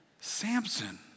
Samson